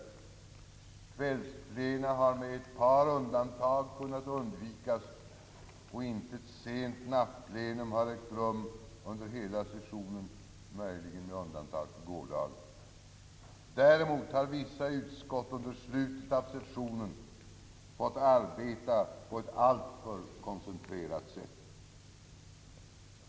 Kvällsplena har med ett par undantag kunnat undvikas och intet sent nattplenum har ägt rum under hela sessionen, möjligen med undantag av gårdagen. Däremot har vissa utskott under slutet av sessionen fått arbeta på ett alltför koncentrerat sätt.